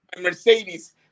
Mercedes